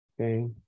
Okay